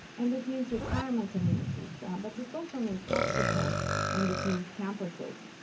and this means retirement communities, but this also means hospitals and this means campuses.